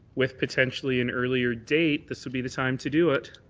with potentially an earlier date, this will be the time to do it.